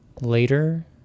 later